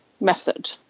method